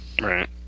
Right